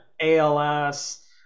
ALS